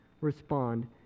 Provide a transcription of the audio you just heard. respond